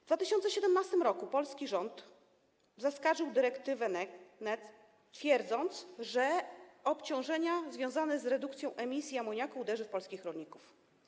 W 2017 r. polski rząd zaskarżył dyrektywę NEC, twierdząc, że obciążenia związane z redukcją emisji amoniaku uderzą w polskich rolników.